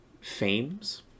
Fames